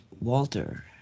Walter